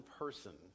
person